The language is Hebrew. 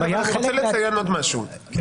אני רוצה לציין דבר נוסף.